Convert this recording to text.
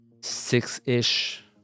six-ish